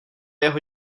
jeho